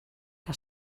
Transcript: què